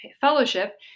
Fellowship